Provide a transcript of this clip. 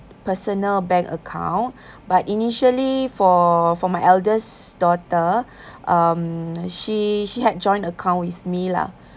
personal bank account but initially for for my eldest daughter um she she had joint account with me lah